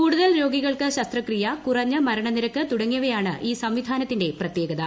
കൂടുതൽ രോഗികൾക്ക് ശസ്ത്രക്രിയ കുറഞ്ഞ മരണ നിരക്ക് തുടങ്ങിയവയാണ് ഈ സംവിധാനത്തിന്റെ പ്രത്യേകത